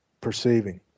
perceiving